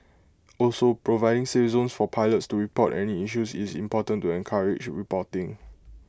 also providing 'safe zones' for pilots to report any issues is important to encourage reporting